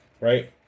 right